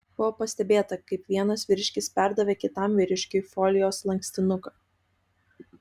buvo pastebėta kaip vienas vyriškis perdavė kitam vyriškiui folijos lankstinuką